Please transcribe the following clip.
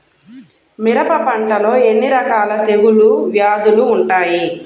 మిరప పంటలో ఎన్ని రకాల తెగులు వ్యాధులు వుంటాయి?